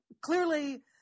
clearly